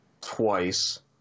twice